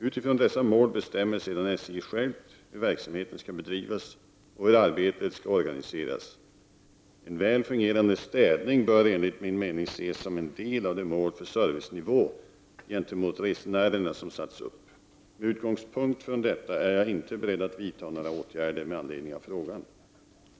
Utifrån dessa mål bestämmer sedan SJ självt hur verksamheten skall bedrivas och hur arbetet skall organiseras. En väl fungerande städning bör enligt min mening ses som en del av de mål för servicenivån gentemot resenärerna som satts upp. Med utgångspunkt från detta är jag inte beredd att vidta några åtgärder med anledning av frågan.